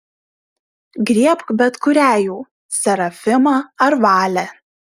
griebk bet kurią jų serafimą ar valę